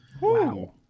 Wow